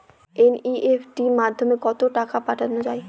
NEFT মাধ্যমে কত টাকা পাঠানো যায়?